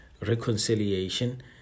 reconciliation